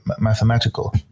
mathematical